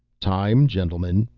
time, gentlemen.